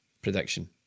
Prediction